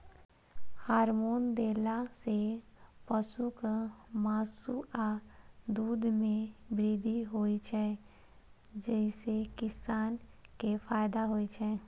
hormone देला सं पशुक मासु आ दूध मे वृद्धि होइ छै, जइसे किसान कें फायदा होइ छै